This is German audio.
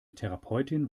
therapeutin